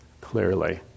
clearly